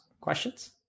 Questions